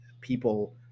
People